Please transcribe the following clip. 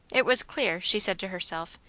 it was clear, she said to herself,